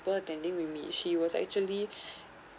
~ple attending with me she was actually